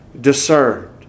discerned